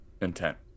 intent